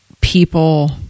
people